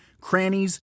crannies